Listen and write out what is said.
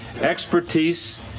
expertise